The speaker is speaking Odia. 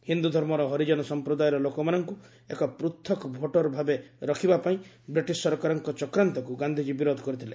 ହିନ୍ଦୁଧର୍ମର ହରିଜନ ସଂପ୍ରଦାୟର ଲୋକମାନଙ୍କୁ ଏକ ପୃଥକ ଭୋଟର ଭାବେ ରଖିବା ପାଇଁ ବ୍ରିଟିଶ ସରକାରଙ୍କ ଚକ୍ରାନ୍ତକୁ ଗାନ୍ଧିଜୀ ବିରୋଧ କରିଥିଲେ